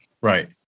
right